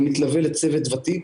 כמתלווה לצוות ותיק.